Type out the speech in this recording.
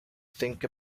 think